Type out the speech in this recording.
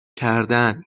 کردن